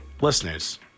listeners